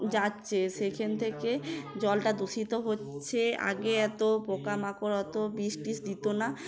যাচ্ছে সেইখান থেকে জলটা দূষিত হচ্ছে আগে এতো পোকামাকড় অতো বিষটিস দিতো না